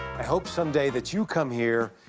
i hope someday that you come here,